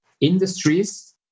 industries